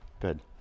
Good